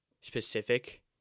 specific